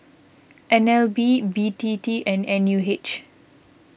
N L B B T T and N U H